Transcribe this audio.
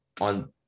on